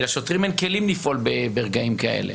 כי לשוטרים אין כלים לפעול במקרים כאלה.